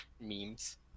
Memes